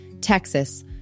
Texas